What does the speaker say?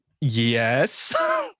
yes